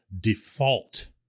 default